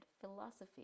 philosophy